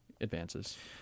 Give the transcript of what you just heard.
advances